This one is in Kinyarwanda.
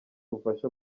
ubufasha